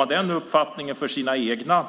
Har man uppfattningen att egna